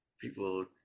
people